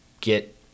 get